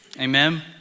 Amen